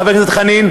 חבר הכנסת חנין?